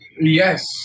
Yes